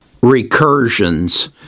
recursions